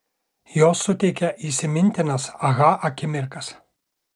jos suteikia įsimintinas aha akimirkas